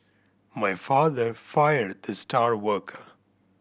my father fired the star worker